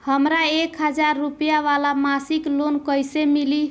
हमरा एक हज़ार रुपया वाला मासिक लोन कईसे मिली?